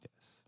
Yes